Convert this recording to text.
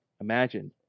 imagine